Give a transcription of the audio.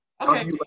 Okay